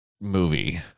movie